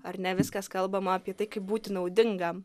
ar ne viskas kalbama apie tai kaip būti naudingam